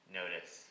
notice